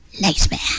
...nightmare